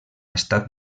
estat